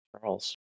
Charles